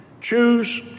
choose